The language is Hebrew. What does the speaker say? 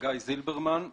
חגי זילברמן,